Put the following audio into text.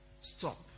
stop